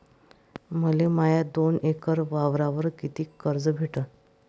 मले माया दोन एकर वावरावर कितीक कर्ज भेटन?